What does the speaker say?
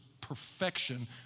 perfection